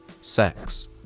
Sex